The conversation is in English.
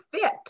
fit